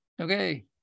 Okay